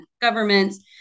governments